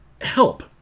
help